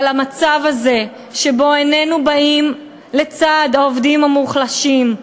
המצב הזה, שבו איננו באים לצד העובדים המוחלשים,